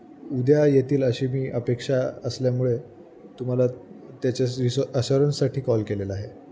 उद्या येतील अशी मी अपेक्षा असल्यामुळे तुम्हाला त्याच्या रिसो अशोरन्ससाठी कॉल केलेला आहे